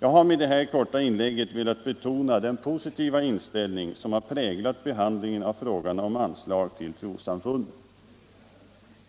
Jag har i all korthet velat betona den positiva inställning som har präglat behandlingen av frågan om anslag till trossamfunden.